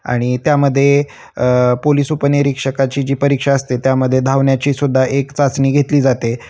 आणि त्यामध्ये पोलिस उपनिरीक्षकाची जी परीक्षा असते त्यामध्ये धावण्याची सुद्धा एक चाचणी घेतली जाते